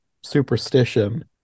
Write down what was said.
superstition